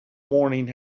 morning